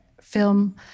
film